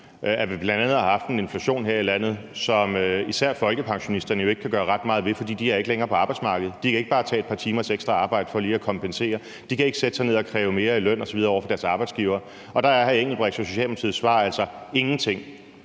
2019. Bl.a. har vi haft en inflation her i landet, som især folkepensionisterne jo ikke kan gøre ret meget ved, fordi de ikke længere er på arbejdsmarkedet; de kan ikke bare tage et par timers ekstra arbejde for lige at kompensere; de kan ikke sætte sig ned og kræve mere i løn osv. over for deres arbejdsgiver. Og der er hr. Benny Engelbrechts og Socialdemokratiets svar altså ingenting.